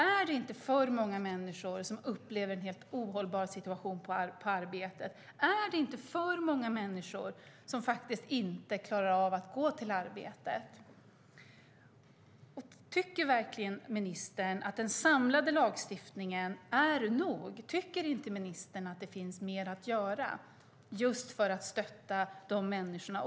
Är det inte för många människor som upplever en helt ohållbar situation på arbetet? Är det inte för många människor som faktiskt inte klarar av att gå till arbetet? Tycker verkligen ministern att den samlade lagstiftningen är nog? Tycker inte ministern att det finns mer att göra för att stötta de här människorna?